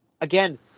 again